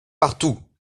partout